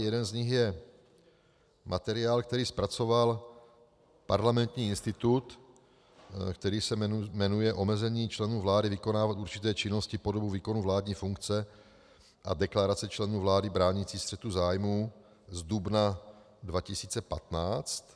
Jeden z nich je materiál, který zpracoval Parlamentní institut, který se jmenuje Omezení členů vlády vykonávat určité činnosti po dobu výkonu vládní funkce a deklarace členů vlády bránící střetu zájmů z dubna 2015.